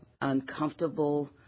uncomfortable